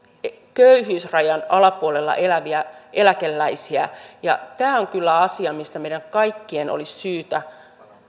köyhyysrajan alapuolella eläviä eläkeläisiä ja tämä on kyllä asia mistä meidän kaikkien olisi syytä